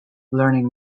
learning